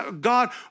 God